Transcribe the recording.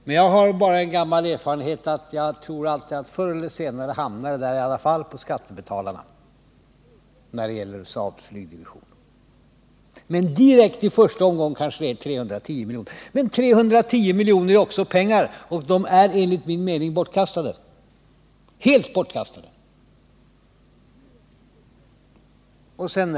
Min erfarenhet säger dock att även de kostnaderna förr eller senare får betalas av skattemedel. Men 310 milj.kr. är också pengar, och de är enligt min mening helt bortkastade.